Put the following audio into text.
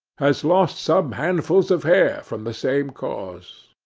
has lost some handfuls of hair from the same cause.